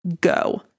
go